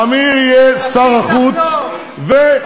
עמיר יהיה שר החוץ, תפסיק לחלום.